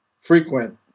frequent